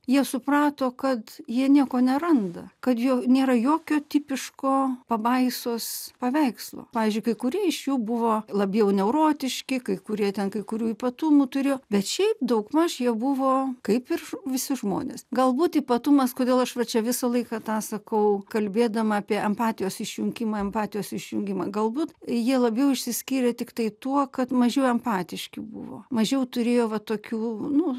jie suprato kad jie nieko neranda kad jo nėra jokio tipiško pabaisos paveikslo pavyzdžiui kai kurie iš jų buvo labiau neurotiški kai kurie ten kai kurių ypatumų turėjo bet šiaip daugmaž jie buvo kaip ir visi žmonės galbūt ypatumas kodėl aš va čia visą laiką tą sakau kalbėdama apie empatijos išjungimą empatijos išjungimą galbūt jie labiau išsiskyrė tiktai tuo kad mažiau empatiški buvo mažiau turėjo va tokių nu